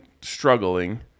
struggling